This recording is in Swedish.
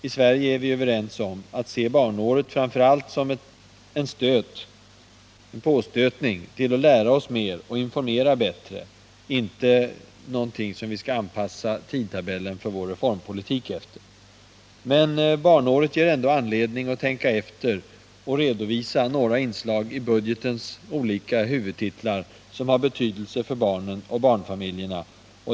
I Sverige är vi överens om att se barnåret framför allt som en påstötning till att lära oss mer och informera bättre, inte som någonting som vi skall anpassa tidtabellen för vår reformpolitik efter. Men barnåret ger ändå anledning att tänka efter och redovisa några inslag i budgetens olika huvudtitlar, som har betydelse för barnen och barnfamiljerna.